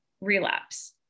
relapse